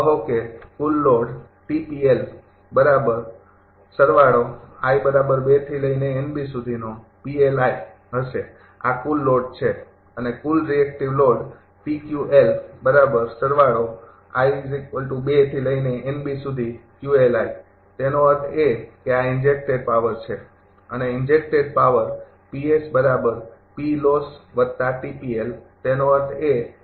કહો કે કુલ લોડ હશે આ કુલ લોડ છે અને કુલ રિએક્ટિવ લોડ તેનો અર્થ એ કે આ ઇન્જેક્ટેડ પાવર છે અને ઇન્જેક્ટેડ પાવર તેનો અર્થ એ છે કે